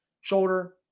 Shoulder